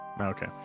Okay